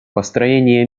построение